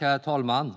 Herr talman!